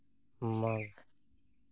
ᱢᱟᱜᱽ